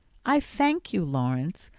i thank you, lawrence,